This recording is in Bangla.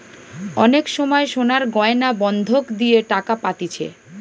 অনেক সময় সোনার গয়না বন্ধক দিয়ে টাকা পাতিছে